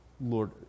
Lord